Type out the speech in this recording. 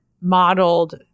modeled